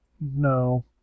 no